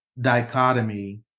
dichotomy